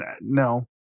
no